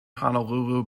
honolulu